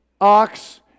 ox